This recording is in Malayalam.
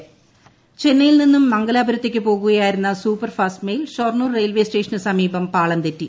ട്രെയിൻ പാളം തെറ്റി ചെന്നൈയിൽ നിന്നും മംഗലാപുരത്തേയ്ക്ക് പോകുകയായിരുന്ന super fast mail Shoranur railway സ്റ്റേഷന് സമീപം പാളം തെറ്റി